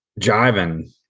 jiving